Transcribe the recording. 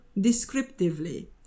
descriptively